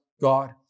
God